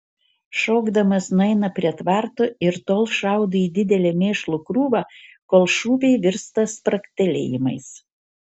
šokdamas nueina prie tvarto ir tol šaudo į didelę mėšlo krūvą kol šūviai virsta spragtelėjimais